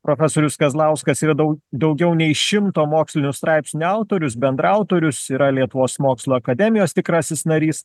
profesorius kazlauskas yra dau daugiau nei šimto mokslinių straipsnių autorius bendraautorius yra lietuvos mokslų akademijos tikrasis narys